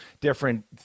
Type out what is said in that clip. different